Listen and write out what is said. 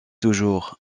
toujours